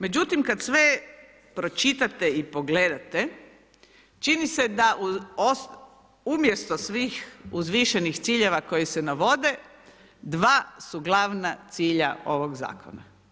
Međutim, kada sve pročitate i pogledate čini se da umjesto svih uzvišenih ciljeva koji se navode dva su glavna cilja ovog zakona.